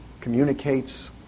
communicates